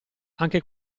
anche